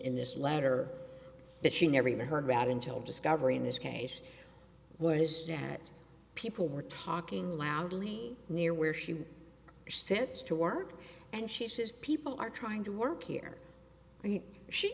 this letter that she never even heard about until discovery in this case is that people were talking loudly near where she sits to work and she says people are trying to work here